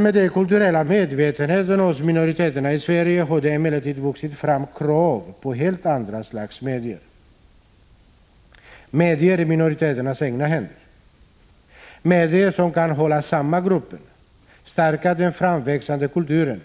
Med den kulturella medvetenheten hos minoriteterna i Sverige har det emellertid vuxit fram krav på helt andra slags medier, medier i minoriteternas egna händer, medier som kan hålla samman gruppen, stärka den framväxande kulturen